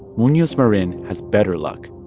munoz marin has better luck.